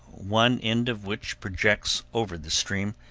one end of which projects over the stream,